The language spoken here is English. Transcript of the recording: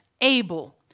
able